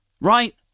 right